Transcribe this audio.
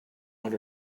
one